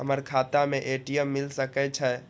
हमर खाता में ए.टी.एम मिल सके छै?